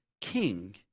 king